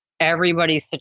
everybody's